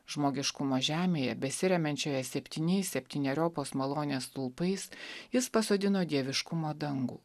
žmogiškumo žemėje besiremiančioje septyniais septyneriopos malonės stulpais jis pasodino dieviškumo dangų